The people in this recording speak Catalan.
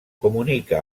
comunica